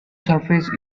surface